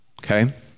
Okay